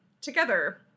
together